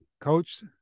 coach